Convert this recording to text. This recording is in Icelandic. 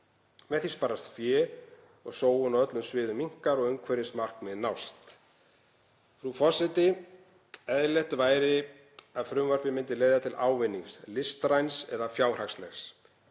Með því sparast fé, sóun á öllum sviðum minnkar og umhverfismarkmið nást. Frú forseti. Eðlilegt væri að frumvarpið myndi leiða til ávinnings, listræns eða fjárhagslegs.